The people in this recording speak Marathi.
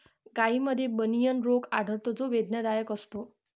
गायींमध्ये बनियन रोग आढळतो जो वेदनादायक असतो